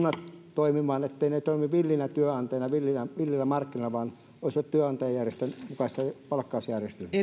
toimimaan niin etteivät ne toimi villeinä työnantajina villeillä markkinoilla vaan ne olisivat työnantajajärjestöjen mukaisessa palkkausjärjestelmässä